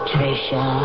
Trisha